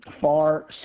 far